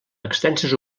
extenses